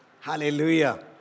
Hallelujah